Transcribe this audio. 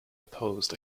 opposed